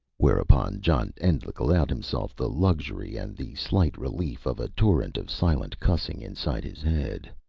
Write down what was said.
whereupon john endlich allowed himself the luxury and the slight relief of a torrent of silent cussing inside his head.